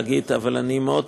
ומשפחתה.